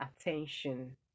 Attention